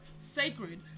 sacred